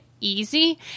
easy